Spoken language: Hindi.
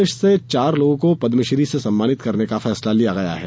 प्रदेश से चार लोगों को पद्मश्री से सम्मानित करने का फैसला किया गया है